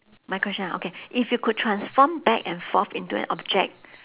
my question ah okay if you could transform back and forth into an object